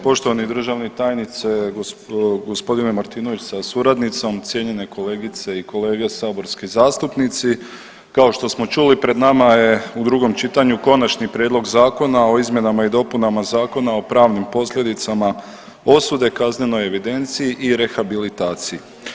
Poštovani državni tajniče gospodine Martinović sa suradnicom, cijenjene kolegice i kolege saborski zastupnici, kao što smo čuli pred nama je u drugom čitanju Konačni prijedlog Zakona o izmjenama i dopunama Zakona o pravnim posljedicama osude, kaznenoj evidenciji i rehabilitaciji.